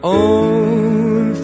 own